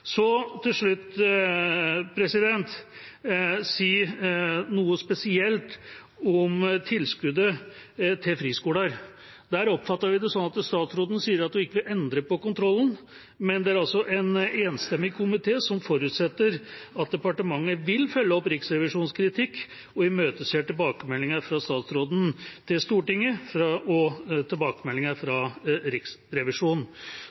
Til slutt vil jeg si noe om spesielt tilskuddet til friskoler. Vi oppfatter at statsråden sier hun ikke vil endre på kontrollen, men det er en enstemmig komité som forutsetter at departementet vil følge opp Riksrevisjonens kritikk, og imøteser tilbakemeldinger fra statsråden til Stortinget og tilbakemeldinger